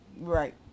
right